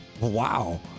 Wow